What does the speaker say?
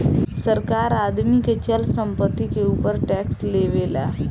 सरकार आदमी के चल संपत्ति के ऊपर टैक्स लेवेला